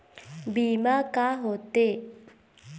बीमा का होते?